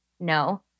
No